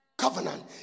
Covenant